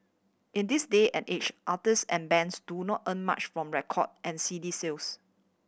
in this day and age artist and bands do not earn much from record and C D sales